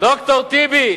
ד"ר טיבי,